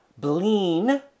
Bleen